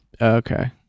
Okay